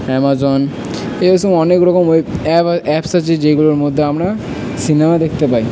Amazon এগুলো সব অনেক রকম ওই অ্যাপ অ্যাপস আছে যেগুলোর মধ্যে আমরা সিনেমা দেখতে পাই